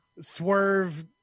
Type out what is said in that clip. swerve